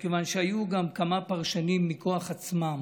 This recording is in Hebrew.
מכיוון שהיו גם כמה פרשנים מכוח עצמם